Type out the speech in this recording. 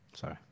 Sorry